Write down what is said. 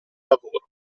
lavoro